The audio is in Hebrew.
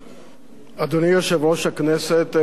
אדוני יושב-ראש הכנסת, כנסת נכבדה,